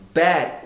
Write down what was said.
bad